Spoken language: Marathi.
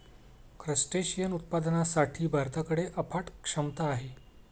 क्रस्टेशियन उत्पादनासाठी भारताकडे अफाट क्षमता आहे